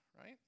right